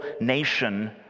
nation